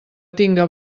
tinga